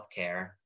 healthcare